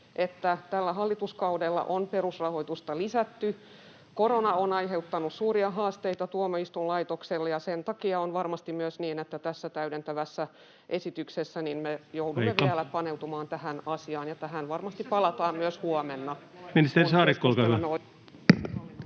että tällä hallituskaudella on perusrahoitusta lisätty. Korona on aiheuttanut suuria haasteita tuomioistuinlaitokselle, ja sen takia on varmasti myös niin, että tässä täydentävässä esityksessä me [Puhemies: Aika!] joudumme vielä paneutumaan tähän asiaan, ja tähän varmasti palataan myös huomenna. [Speech 76] Speaker: